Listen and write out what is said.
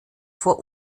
vor